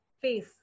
face